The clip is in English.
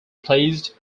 played